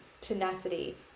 tenacity